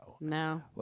No